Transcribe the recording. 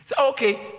Okay